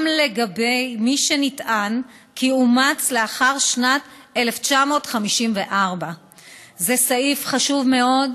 גם לגבי מי שנטען כי אומץ לאחר שנת 1954. זה סעיף חשוב מאוד,